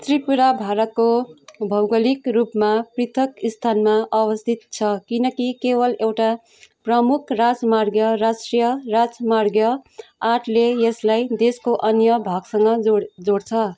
त्रिपुरा भारतको भौगोलिक रूपमा पृथक स्थानमा अवस्थित छ किनकि केवल एउटा प्रमुख राजमार्ग राष्ट्रिय राजमार्ग आठ ले यसलाई देशको अन्य भागसँग जोड् जोड्छ